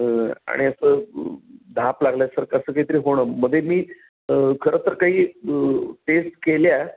आणि असं धाप लागल्यासारखं असं काहीतरी होणं मध्ये मी खरंतर काही टेस्ट केल्या